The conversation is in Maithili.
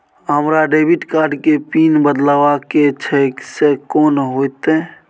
हमरा डेबिट कार्ड के पिन बदलवा के छै से कोन होतै?